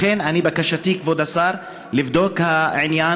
לכן, בקשתי היא, כבוד השר, לבדוק את העניין